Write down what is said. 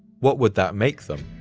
what would that make them?